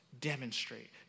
demonstrate